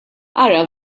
ara